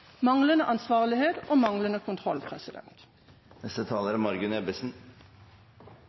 manglende ansvarlighet og manglende kontroll. Dette er